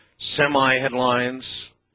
Semi-headlines